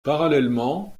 parallèlement